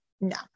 No